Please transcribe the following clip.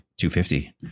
250